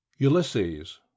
ULYSSES